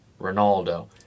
Ronaldo